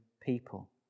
people